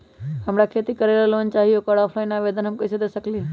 हमरा खेती करेला लोन चाहि ओकर ऑफलाइन आवेदन हम कईसे दे सकलि ह?